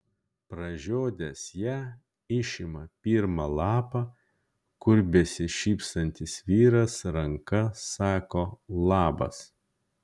pražiodęs ją išima pirmą lapą kur besišypsantis vyras ranka sako labas